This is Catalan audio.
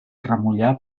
remullar